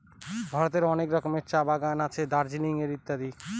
ভারতের অনেক রকমের চা বাগানে আছে দার্জিলিং এ ইত্যাদি